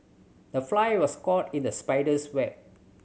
the fly was caught in the spider's web